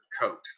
coat